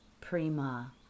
Prima